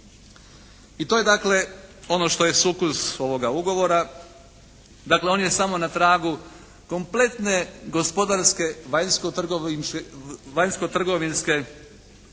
I to je dakle ono što je sukus ovoga ugovora. Dakle, on je samo na tragu kompletne gospodarske vanjsko-trgovinske